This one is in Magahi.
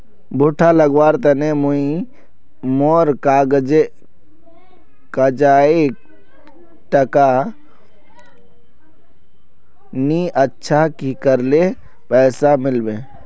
भुट्टा लगवार तने नई मोर काजाए टका नि अच्छा की करले पैसा मिलबे?